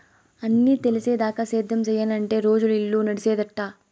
అన్నీ తెలిసేదాకా సేద్యం సెయ్యనంటే రోజులు, ఇల్లు నడిసేదెట్టా